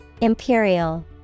Imperial